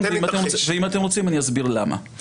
אם אתם רוצים, אני אסביר למה.